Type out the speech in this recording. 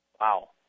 Wow